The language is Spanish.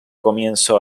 comienzo